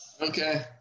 Okay